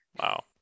Wow